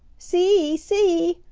see! see!